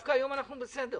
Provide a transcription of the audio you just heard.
דווקא היום אנחנו בסדר.